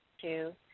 two